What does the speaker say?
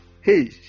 Hey